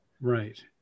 Right